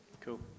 Cool